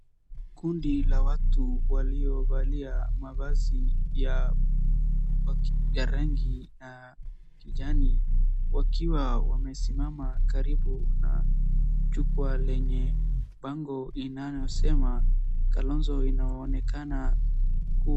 Kundi la watu waliovalia mavazi ya rangi ya kijani wakiwa wamesimama karibu na jukwa lenye bango inalosema Kalonzo inaonekana.